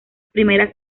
primeras